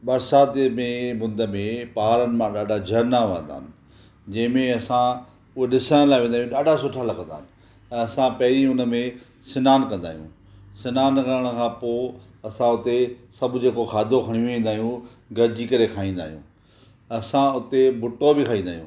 बरसाति जे में मुंद में पहाड़नि मां ॾाढा झरना वहंदा आहिनि जंहिंमें असां उहो ॾिसण लाइ वेंदा आहियूं ॾाढा सुठा लॻंदा आहिनि ऐं असां पहिरीं उन में सनानु कंदा आहियूं सनानु करण खां पोइ असां हुते सभु जेको खाधो खणी वेंदा आहियूं गॾिजी करे खाईंदा आहियूं असां हुते बुटो बि खाईंदा आहियूं